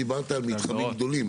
דיברת על מתחמים גדולים,